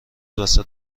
وسط